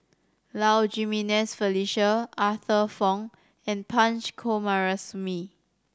Low Jimenez Felicia Arthur Fong and Punch Coomaraswamy